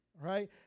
right